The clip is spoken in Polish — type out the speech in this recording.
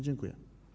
Dziękuję.